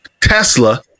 Tesla